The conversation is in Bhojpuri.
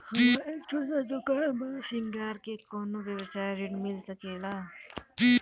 हमर एक छोटा दुकान बा श्रृंगार के कौनो व्यवसाय ऋण मिल सके ला?